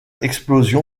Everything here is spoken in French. explosion